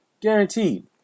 guaranteed